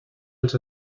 els